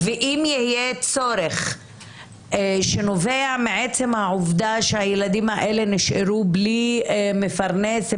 ואם יהיה צורך שנובע מעצם העובדה שהילדים האלה נשארו בלי מפרנס,